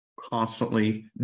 constantly